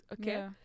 okay